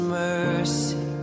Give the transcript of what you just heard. mercy